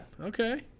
Okay